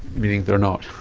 meaning they're not?